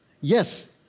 Yes